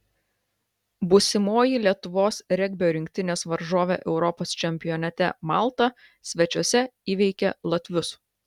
būsimoji lietuvos regbio rinktinės varžovė europos čempionate malta svečiuose įveikė latvius